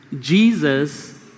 Jesus